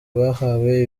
bahawe